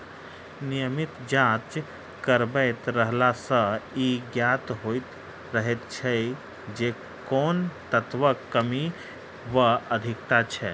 नियमित जाँच करबैत रहला सॅ ई ज्ञात होइत रहैत छै जे कोन तत्वक कमी वा अधिकता छै